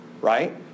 right